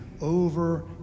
over